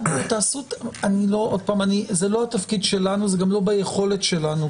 זה לא התפקיד שלנו, זה גם לא ביכולת שלנו.